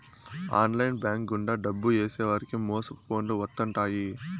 online bank గుండా డబ్బు ఏసేవారికి మోసపు ఫోన్లు వత్తుంటాయి